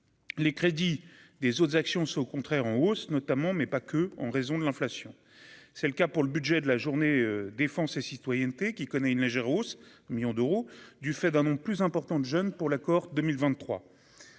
les crédits des autres actions sont au contraire en hausse notamment, mais pas que, en raison de l'inflation, c'est le cas pour le budget de la Journée défense et citoyenneté qui connaît une légère hausse, millions d'euros, du fait d'un non plus important de jeunes pour l'accord 2023,